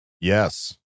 Yes